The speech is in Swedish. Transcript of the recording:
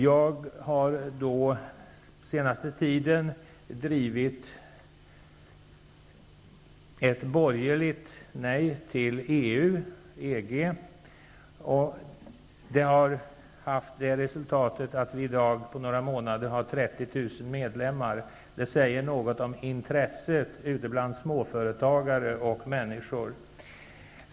Jag har under den senaste tiden drivit ett borgerligt nej till EU/EG, vilket på några månader har resulterat i 30 000 medlemmar. Det säger något om intresset bland småföretagare och övriga människor.